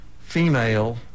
female